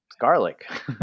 garlic